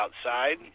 outside